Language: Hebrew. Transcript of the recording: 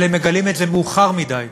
אבל הם מגלים את זה מאוחר מדי,